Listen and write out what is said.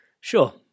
sure